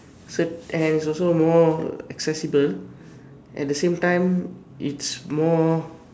say and it is also more accessible and the same time it's more